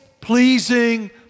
pleasing